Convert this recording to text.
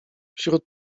wśród